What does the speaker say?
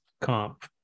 comp